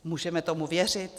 Můžeme tomu věřit?